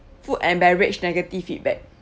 food and beverage negative feedback